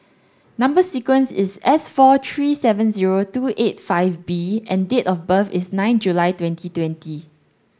number sequence is S four three seven zero two eight five B and date of birth is nine July twenty twenty